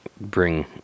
bring